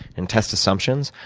and test assumptions.